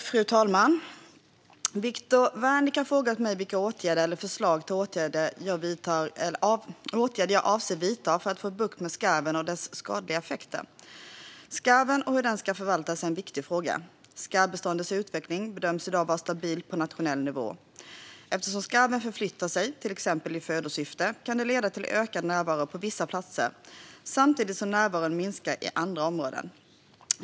Fru talman! Viktor Wärnick har frågat mig vilka åtgärder jag avser att vidta eller föreslå för att få bukt med skarven och dess skadliga effekter. Skarven och hur den ska förvaltas är en viktig fråga. Skarvbeståndets utveckling bedöms i dag vara stabil på nationell nivå. Eftersom skarven förflyttar sig, till exempel i födosyfte, kan det leda till ökad närvaro på vissa platser samtidigt som närvaron minskar i andra områden.